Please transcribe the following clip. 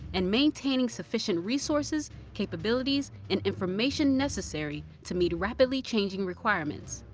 and maintaining sufficient resources, capabilities, and information necessary to meet rapidly changing requirements.